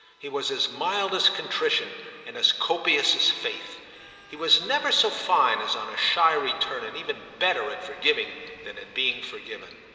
he was as mild as contrition and as copious as faith he was never so fine as on a shy return, and even better at forgiving than at being forgiven.